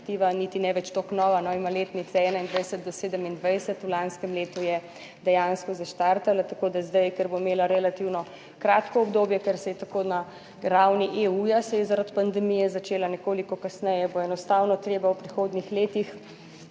niti ne več toliko nova, ima letnice 2021 do 2027. V lanskem letu je dejansko zaštartala, tako da zdaj, ker bo imela relativno kratko obdobje, ker se je tako na ravni EU, se je zaradi pandemije začela nekoliko kasneje, bo enostavno treba v prihodnjih letih